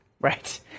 Right